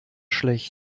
schlecht